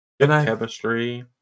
Chemistry